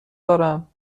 دارم